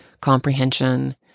comprehension